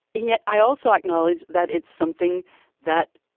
yet i also acknowledge that it's something that